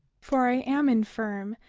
for i am infirm,